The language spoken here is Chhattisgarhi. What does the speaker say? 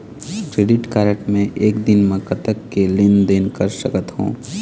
क्रेडिट कारड मे एक दिन म कतक के लेन देन कर सकत हो?